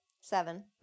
Seven